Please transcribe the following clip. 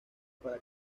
para